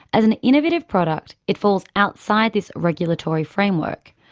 as an innovative product it falls outside this regulatory framework.